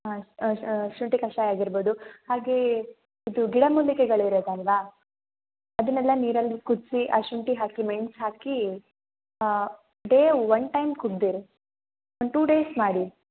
ಹಾಂ ಶುಂಠಿ ಕಷಾಯ ಆಗಿರ್ಬೋದು ಹಾಗೇ ಇದು ಗಿಡ ಮೂಲಿಕೆಗಳು ಇರುತ್ತಲ್ವಾ ಅದನ್ನೆಲ್ಲ ನೀರಲ್ಲಿ ಕುದಿಸಿ ಆ ಶುಂಠಿ ಹಾಕಿ ಮೆಣ್ಸು ಹಾಕಿ ಡೇ ಒನ್ ಟೈಮ್ ಕುಡಿದಿರಿ ಒಂದು ಟೂ ಡೇಸ್ ಮಾಡಿ